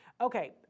Okay